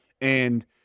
and-